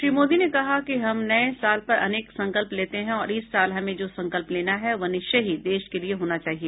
श्री मोदी ने कहा कि हम नए साल पर अनेक संकल्प लेते हैं और इस साल हमें जो संकल्प लेना है वह निश्चय ही देश के लिए होना चाहिए